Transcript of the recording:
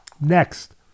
next